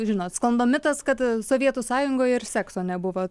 žinot sklando mitas kad sovietų sąjungoje ir sekso nebuvo